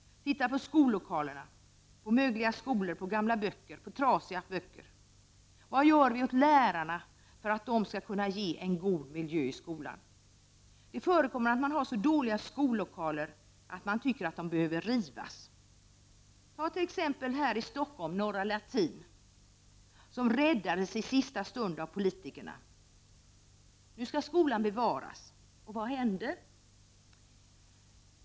Titta på skollokalerna, på mögliga skolor, på gamla böcker, på trasiga böcker! Vad ger vi åt lärarna för att de skall ge en god miljö i skolan? Det förekommer att skollokaler är så dåliga att man tycker att de behöver rivas. Ett exempel är Norra latin här i Stockholm, som i sista stund räddades av politikerna. Nu skall skolan bevaras. Och vad händer?